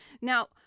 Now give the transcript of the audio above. Now